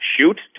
shoot